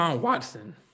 Watson